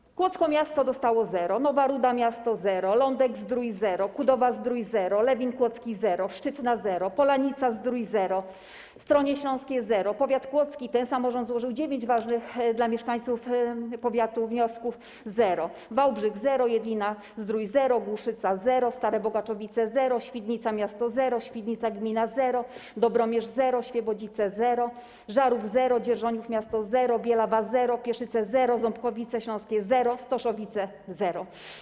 Miasto Kłodzko dostało zero, miasto Nowa Ruda - zero, Lądek-Zdrój - zero, Kudowa-Zdrój - zero, Lewin Kłodzki - zero, Szczytna - zero, Polanica-Zdrój - zero, Stronie Śląskie - zero, powiat kłodzki, ten samorząd złożył dziewięć ważnych dla mieszkańców powiatów wniosków, zero, Wałbrzych - zero, Jedlina-Zdrój - zero, Głuszyca - zero, Stare Bogaczowice - zero, Świdnica miasto - zero, Świdnica gmina - zero, Dobromierz - zero, Świebodzice - zero, Żarów - zero, Dzierżoniów miasto - zero, Bielawa - zero, Pieszyce - zero, Ząbkowice Śląskie - zero, Stoszowice - zero.